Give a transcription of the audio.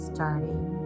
Starting